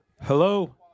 Hello